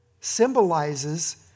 symbolizes